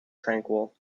tranquil